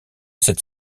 cette